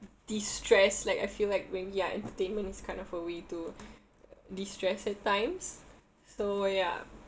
destress like I feel like maybe ya entertainment is kind of a way to destress at times so ya